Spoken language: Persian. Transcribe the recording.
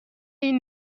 این